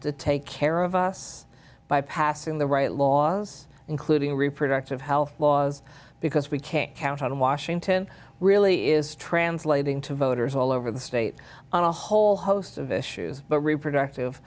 to take care of us by passing the right laws including reproductive health laws because we can't count on washington really is translating to voters all over the state on a whole host of issues but reproductive